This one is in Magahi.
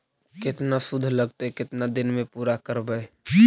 केतना शुद्ध लगतै केतना दिन में पुरा करबैय?